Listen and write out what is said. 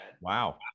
Wow